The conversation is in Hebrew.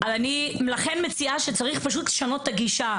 לכן אני מציעה שצריך לשנות את הגישה.